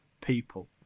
people